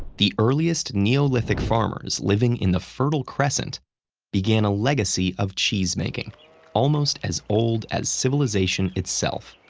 the earliest neolithic farmers living in the fertile crescent began a legacy of cheesemaking almost as old as civilization itself.